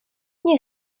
nie